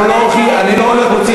אני לא הולך להוציא